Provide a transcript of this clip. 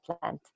plant